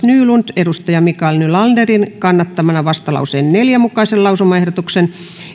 nylund mikaela nylanderin kannattamana vastalauseen neljän mukaisen lausumaehdotuksen